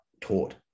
taught